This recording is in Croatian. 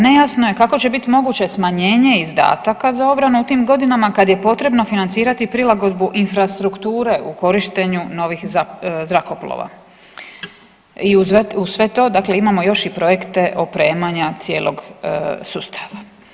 Nejasno je kako će biti moguće smanjenje izdataka za obranu u tim godinama kad je potrebno financirati prilagodbu infrastrukture u korištenju novih zrakoplova i uz sve to, dakle imamo još i projekte opremanja cijelog sustava.